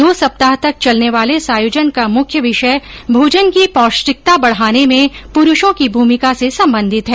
दो सप्ताह तक चलने वाले इस आयोजन का मुख्य विषय भोजन की पोष्टिकता बढाने में पुरूषो की भूमिका से संबंधित है